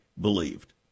believed